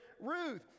Ruth